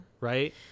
right